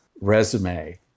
resume